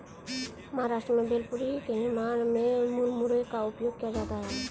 महाराष्ट्र में भेलपुरी के निर्माण में मुरमुरे का उपयोग किया जाता है